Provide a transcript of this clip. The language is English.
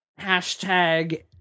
hashtag